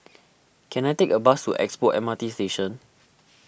can I take a bus to Expo M R T Station